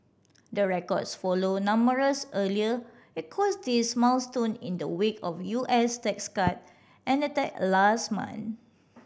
the records follow numerous earlier equities milestone in the wake of U S tax cut enacted last month